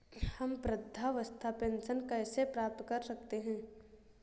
हम वृद्धावस्था पेंशन कैसे प्राप्त कर सकते हैं?